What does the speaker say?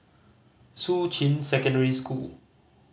Shuqun Secondary School